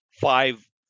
five